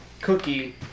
Cookie